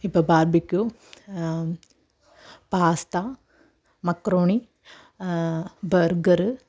ഇപ്പം barbecue pasta macaroni burger